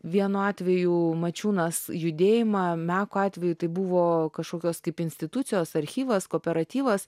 vienu atveju mačiūnas judėjimą meko atveju tai buvo kažkokios kaip institucijos archyvas kooperatyvas